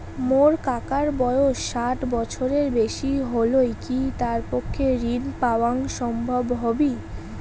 মোর কাকার বয়স ষাট বছরের বেশি হলই কি তার পক্ষে ঋণ পাওয়াং সম্ভব হবি?